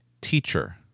teacher